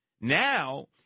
Now